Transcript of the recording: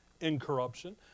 incorruption